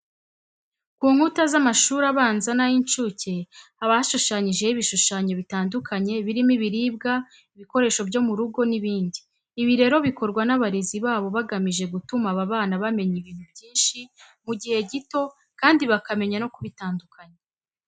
Ku nkuta z'amashuri abanza n'ay'inshuke haba hashushanyijeho ibishushanyo bitandukanye birimo ibiribwa, ibikoresho byo mu rugo n'ibindi. Ibi rero bikorwa n'abarezi babo bagamije gutuma aba bana bamenya ibintu byinshi mu gihe gito kandi bakamenya no kubitandukanya.